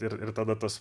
ir tada tas